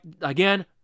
Again